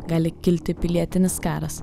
gali kilti pilietinis karas